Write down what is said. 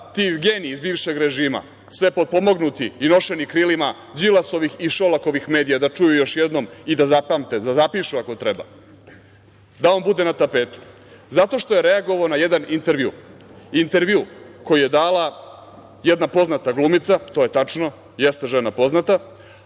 ti geniji iz bivšeg režima, sve potpomognuti i nošeni krilima Đilasovih i Šolakovih medija da čuju još jednom i da zapamte, da zapišu ako treba, da on bude na tapetu? Zato što je reagovao na jedan intervju? Intervju koji je dala jedan poznata glumica, to je tačno, jeste žena poznata,